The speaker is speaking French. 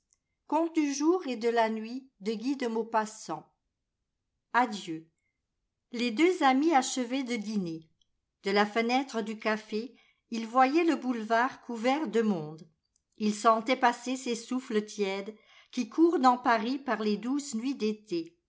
adieu les deux amis achevaient de dîner de la fenêtre du café ils voyaient le boulevard couvert de monde ils sentaient passer ces souffles tièdes qui courent dans paris par les douces nuits d'été